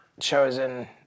chosen